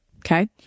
Okay